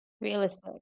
Realistic